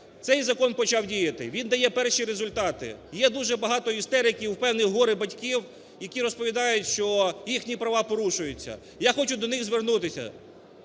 Цей закон почав діяти, він дає перші результати. Є дуже багато істерики у певних горе-батьків, які розповідають, що їхні права порушуються. Я хочу до них звернутися: